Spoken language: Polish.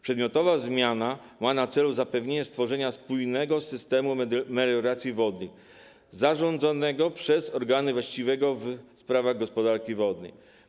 Przedmiotowa zmiana ma na celu zapewnienie stworzenia spójnego systemu melioracji wodnej zrządzanego przez organ właściwy w sprawach gospodarki wodnej.